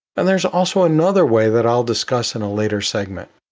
and there's also another way that i'll discuss in a later so like but